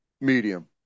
medium